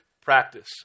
practice